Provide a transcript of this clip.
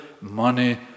money